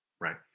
right